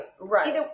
right